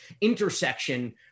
intersection